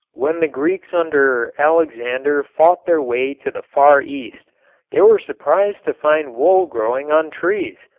when the greeks under alexander fought their way to the far east they were surprised to find wool growing on trees.